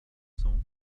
cents